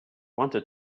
wanted